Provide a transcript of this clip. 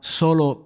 solo